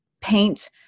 paint